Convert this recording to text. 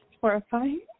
horrifying